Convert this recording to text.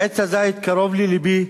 ועץ הזית קרוב ללבי,